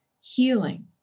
healing